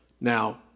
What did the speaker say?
now